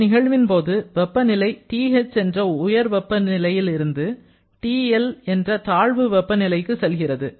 இந்த நிகழ்வின் போது வெப்பநிலை TH என்ற உயர் வெப்ப நிலையில் இருந்து TL என்ற தாழ்வு வெப்பநிலைக்கு செல்கிறது